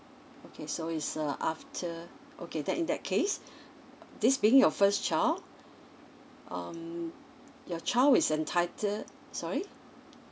okay so is uh after okay then in that case this being your first child um your child is entitle sorry